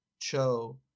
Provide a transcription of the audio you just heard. Cho